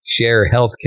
sharehealthcare